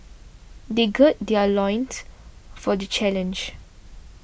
they gird their loins for the challenge